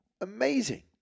Amazing